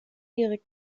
erik